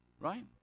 Right